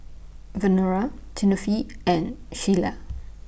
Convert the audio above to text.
Verona Tiffany and Sheilah